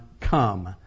come